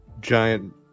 giant